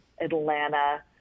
Atlanta